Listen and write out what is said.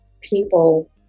people